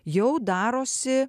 jau darosi